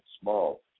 small